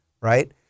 right